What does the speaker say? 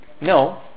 No